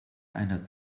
einer